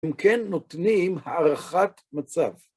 הם כן נותנים הערכת מצב.